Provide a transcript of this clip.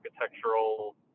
architectural